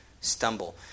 stumble